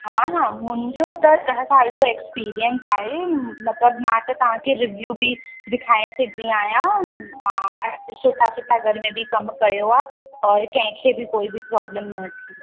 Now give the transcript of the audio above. हा हा मुंहिंजो त ॾह साल जो एक्सपीरियंस आहे मतिलब मां त तव्हांखे रिव्यू बि दिखाए सघंदी आहियां मां सुठा सुठा घर में बि कम कयो आहे और कंहिंखे बि कोई बि प्रोब्लम न थी आहे